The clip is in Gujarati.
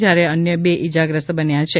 જયારે અન્ય બે ઇજાગ્રસ્ત બન્યા છે